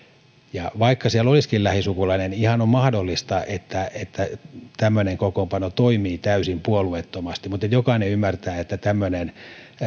ja vaikka siellä olisikin lähisukulainen on ihan mahdollista että että tämmöinen kokoonpano toimii täysin puolueettomasti mutta jokainen ymmärtää että tämmöinen